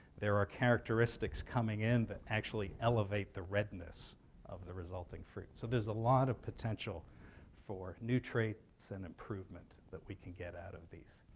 there are characteristics coming in that actually elevate the redness of the resulting fruit, so there's a lot of potential for new traits and improvement that we can get out of these.